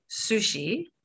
sushi